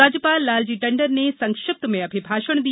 राज्यपाल लालजी टंडन ने संक्षिप्त में अभिभाषण दिया